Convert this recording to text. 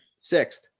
Sixth